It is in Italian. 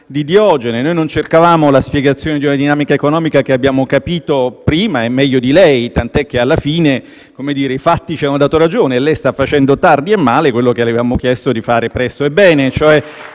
di Diogene e non cercavamo la spiegazione di una dinamica economica che abbiamo capito prima e meglio di lei, tant'è che alla fine i fatti ci hanno dato ragione. Sta facendo tardi e male ciò che avevamo chiesto di fare presto e bene, cioè